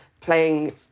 playing